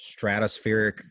stratospheric